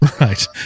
Right